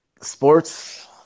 sports